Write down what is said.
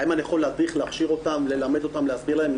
האם אני יכול להכשיר אותם, ללמד אותם, להסביר להם?